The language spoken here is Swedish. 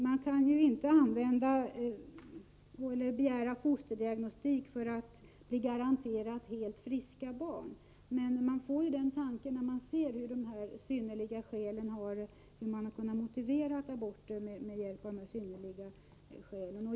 Man kan ju inte använda eller begära fosterdiagnostik för att få garanterat helt friska barn. Den misstanken får man dock när man ser hur aborter har motiverats med hjälp av synnerliga skäl.